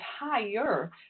higher